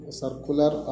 circular